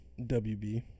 WB